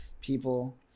people